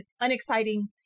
unexciting